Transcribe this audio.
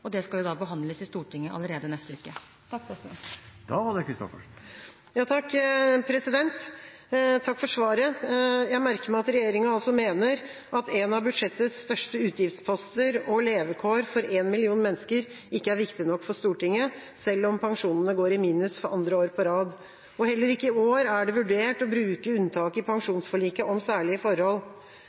og den skal behandles i Stortinget allerede neste uke. Takk for svaret. Jeg merker meg at regjeringa altså mener at en av budsjettets største utgiftsposter og levekår for en million mennesker ikke er viktig nok for Stortinget, selv om pensjonene går i minus for andre år på rad. Og heller ikke i år er det vurdert å bruke unntaket i pensjonsforliket om «særlige forhold».